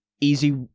easy